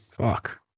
Fuck